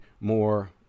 more